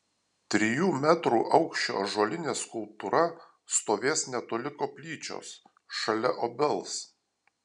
trijų metrų aukščio ąžuolinė skulptūra stovės netoli koplyčios šalia obels